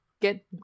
get